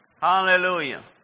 Hallelujah